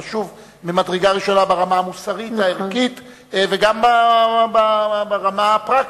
חוק חשוב ממדרגה ראשונה ברמה המוסרית והערכית וגם ברמה הפרקטית,